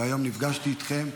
והיום נפגשתי איתכם.